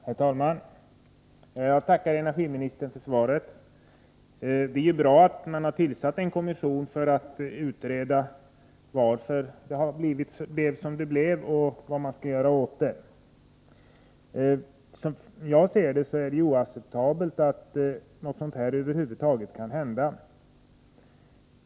Herr talman! Jag tackar energiministern för svaret. Det är bra att hon har tillsatt en kommission för att utreda varför det blev som det blev och vad man skall göra åt det. Som jag ser det är det oacceptabelt att något sådant som inträffade den 27 december över huvud taget kan hända.